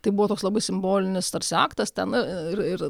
tai buvo toks labai simbolinis tarsi aktas ten ir ir